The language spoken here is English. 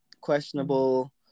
questionable